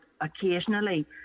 occasionally